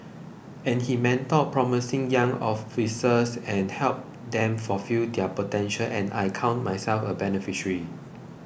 and he mentored promising young officers and helped them fulfil their potential and I count myself a beneficiary